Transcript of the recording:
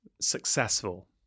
successful